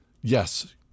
Yes